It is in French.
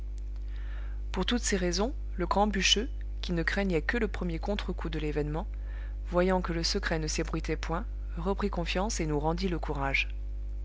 pour toutes ces raisons le grand bûcheux qui ne craignait que le premier contre-coup de l'événement voyant que le secret ne s'ébruitait point reprit confiance et nous rendit le courage